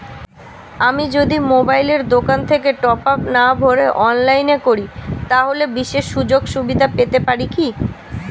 আমি যদি মোবাইলের দোকান থেকে টপআপ না ভরে অনলাইনে করি তাহলে বিশেষ সুযোগসুবিধা পেতে পারি কি?